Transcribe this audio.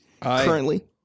currently